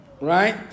Right